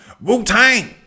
Wu-Tang